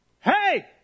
hey